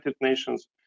Nations